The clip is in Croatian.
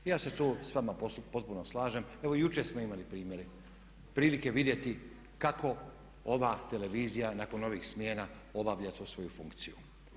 Ja se tu s vama potpuno slažem, evo jučer smo imali prilike vidjeti kako ova televizija nakon ovih smjena obavlja tu svoju funkciju.